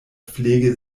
pflege